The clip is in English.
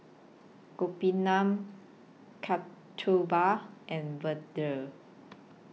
Gopinath Kasturba and Vedre